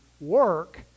work